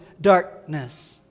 darkness